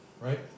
right